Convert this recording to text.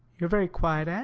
you are very quiet, anne,